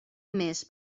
més